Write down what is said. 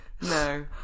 no